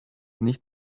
nicht